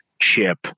chip